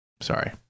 Sorry